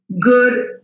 good